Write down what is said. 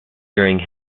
during